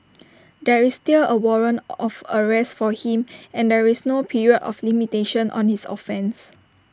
there is still A warrant of arrest for him and there is no period of limitation on his offence